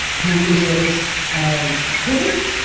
who is and a critic,